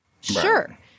Sure